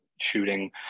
shooting